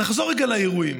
נחזור רגע לאירועים.